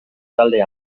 talde